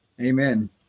Amen